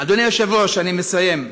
אדוני היושב-ראש, אני מסיים.